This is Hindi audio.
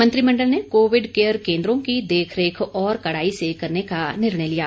मंत्रिमंडल ने कोविड केयर केंद्रों की देखरेख और कड़ाई से करने का निर्णय लिया